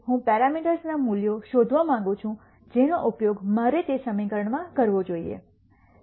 તેથી હું પેરામીટર્સ ના મૂલ્યો શોધવા માંગુ છું જેનો ઉપયોગ મારે તે સમીકરણમાં કરવો જોઈએ